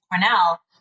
Cornell